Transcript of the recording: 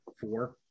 four